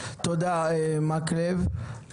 תודה, מקלב.